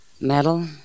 Metal